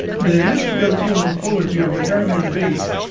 the elliptical geomorphology of the carolina bays,